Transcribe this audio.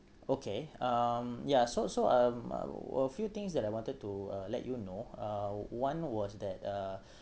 okay um yeah so so um a a few things that I wanted to uh let you know uh one was that uh